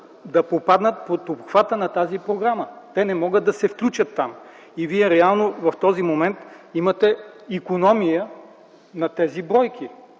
да попаднат под обхвата на тази програма. Те не могат да се включат там. И вие реално в този момент имате икономия на тези бройки.